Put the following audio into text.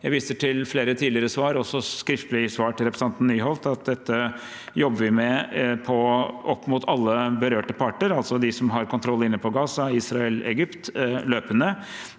Jeg viser til flere tidligere svar, også skriftlig svar til representanten Nyholt, at dette jobber vi med opp mot alle berørte parter, både de som har kontroll inne på Gaza, Israel og Egypt, løpende,